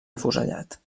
afusellat